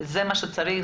זה מה שצריך,